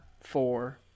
four